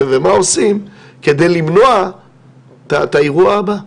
ומה עושים כדי למנוע את האירוע הבא.